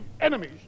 Enemies